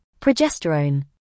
progesterone